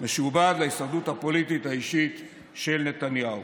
הכול משועבד להישרדות הפוליטית האישית של נתניהו.